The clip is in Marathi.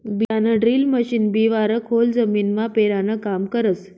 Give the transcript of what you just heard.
बियाणंड्रील मशीन बिवारं खोल जमीनमा पेरानं काम करस